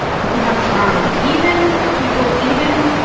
people have trauma. even people even